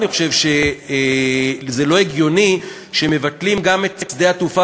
אני חושב שלא הגיוני שמבטלים גם את שדה התעופה